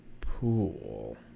pool